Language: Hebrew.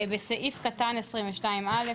"בסעיף קטן 22(א),